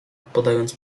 podając